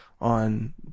on